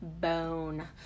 bone